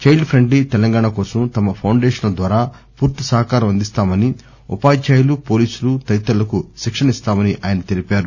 child friendly Telangana కోసం తమ ఫౌండేషన్ల ద్వారా పూర్తి సహకారం అందిస్తామని ఉపాధ్యాయులు పోలీసులు తదితరులకు శిక్షణ ఇస్తామని ఆయన తెలిపారు